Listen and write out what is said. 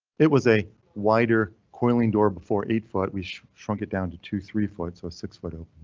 it was a wider coiling door before eight foot. we shrunk it down to two three foot so six foot ah